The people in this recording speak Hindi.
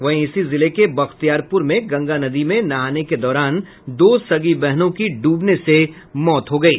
वहीं इसी जिले के बख्तियारपूर में गंगा नदी में नहाने के दौरान दो सगी बहनों की डूबने से मौत हो गयी